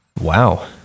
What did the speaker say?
Wow